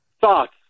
Thoughts